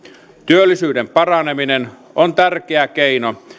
työllisyyden paraneminen on tärkeä keino